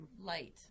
light